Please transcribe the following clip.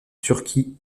turquie